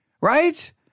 Right